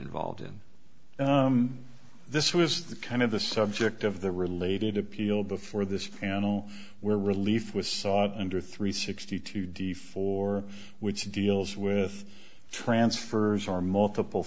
involved in this was the kind of the subject of the related appeal before this annele where relief was sought under three sixty two d four which deals with transfers are multiple